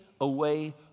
away